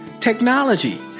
technology